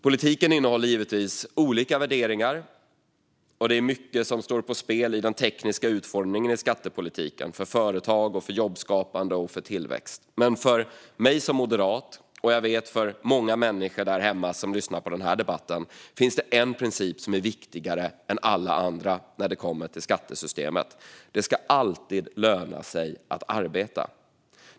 Politiken innehåller givetvis olika värderingar, och det är mycket som står på spel i den tekniska utformningen av skattepolitiken, för företag, för jobbskapande och för tillväxt. För mig som moderat - jag vet att det är så också för många människor som lyssnar på denna debatt hemma - finns det en princip som är viktigare än alla andra när det kommer till skattesystemet, nämligen att det alltid ska löna sig att arbeta.